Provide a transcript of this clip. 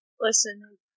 Listen